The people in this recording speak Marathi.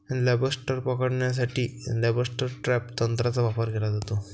लॉबस्टर पकडण्यासाठी लॉबस्टर ट्रॅप तंत्राचा वापर केला जातो